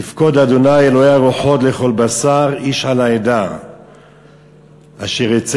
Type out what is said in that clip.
יפקוד ה' אלוהי הרוחות לכל בשר איש על העדה אשר יצא